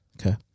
Okay